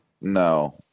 No